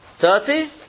thirty